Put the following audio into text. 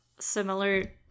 Similar